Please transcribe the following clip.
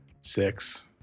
Six